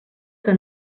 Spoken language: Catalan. que